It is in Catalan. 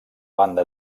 banda